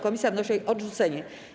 Komisja wnosi o jej odrzucenie.